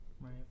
right